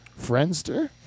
Friendster